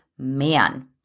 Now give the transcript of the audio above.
man